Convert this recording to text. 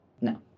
No